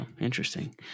Interesting